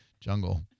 jungle